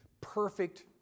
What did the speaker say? perfect